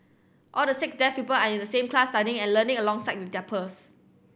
all the six deaf pupil are in the same class studying and learning alongside with their pers